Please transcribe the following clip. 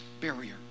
barrier